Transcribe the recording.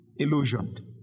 illusioned